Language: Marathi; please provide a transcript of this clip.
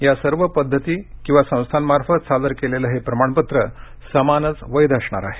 या सर्व पद्धती किंवा संस्थांमार्फत सादर केलेलं हे प्रमाणपत्र समानच वैध असणार आहे